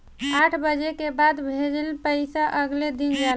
आठ बजे के बाद भेजल पइसा अगले दिन जाला